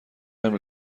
نمی